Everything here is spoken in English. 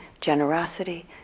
generosity